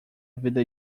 vida